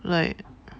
like